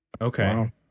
Okay